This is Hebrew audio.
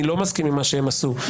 תודה רבה, חברת הכנסת יפעת שאשא ביטון.